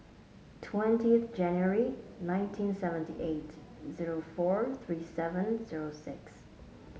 twentieth January nineteen seventy eight zero four three seven zero six